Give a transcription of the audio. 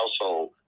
household